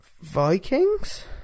Vikings